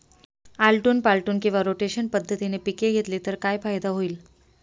आलटून पालटून किंवा रोटेशन पद्धतीने पिके घेतली तर काय फायदा होईल?